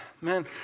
Man